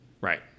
Right